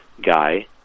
guy